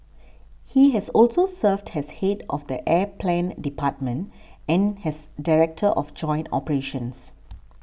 he has also served has head of the air plan department and has director of joint operations